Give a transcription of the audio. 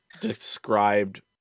described